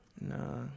Nah